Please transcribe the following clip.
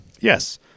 Yes